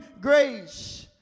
grace